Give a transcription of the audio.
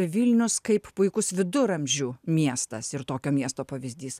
vilnius kaip puikus viduramžių miestas ir tokio miesto pavyzdys